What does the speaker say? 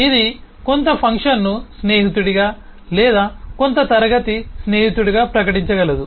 ఇది కొంత ఫంక్షన్ను స్నేహితుడిగా లేదా కొంత క్లాస్ స్నేహితుడిగా ప్రకటించగలదు